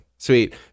Sweet